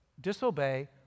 disobey